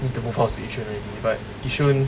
need to move house to yishun already but yishun